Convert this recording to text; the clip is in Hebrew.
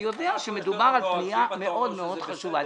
אני יודע שמדובר על פנייה מאוד מאוד חשובה.